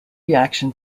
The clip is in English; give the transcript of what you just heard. reaction